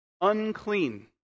unclean